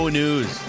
news